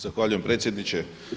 Zahvaljujem predsjedniče.